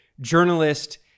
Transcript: journalist